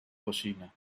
cocina